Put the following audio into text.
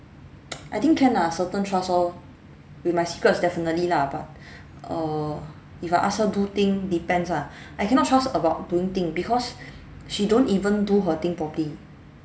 I think can ah certain trust orh with my secrets definitely lah but err if I ask her do thing depends ah I cannot trust her about doing thing because she don't even do her thing properly